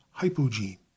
hypogene